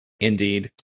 Indeed